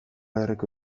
herriko